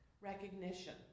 recognition